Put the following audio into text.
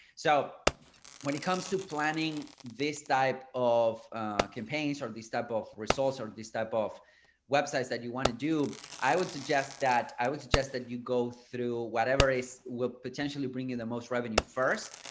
so when it comes to planning this type of campaigns or this type of resource, or this type of websites that you want to do, i would suggest that i would suggest that you go through whatever is will potentially bring you the most revenue first,